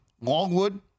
Longwood